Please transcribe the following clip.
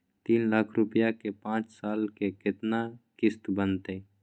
तीन लाख रुपया के पाँच साल के केतना किस्त बनतै?